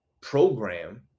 program